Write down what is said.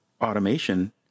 automation